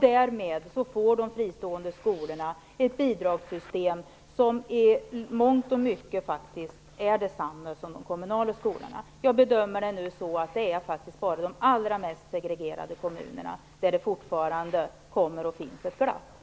Därmed får de fristående skolorna ett bidragssystem som i mångt och mycket är detsamma som det för de kommunala skolorna. Jag bedömer det som att det bara är i de allra mest segregerade kommunerna som det fortfarande kommer att finnas ett glapp.